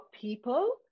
people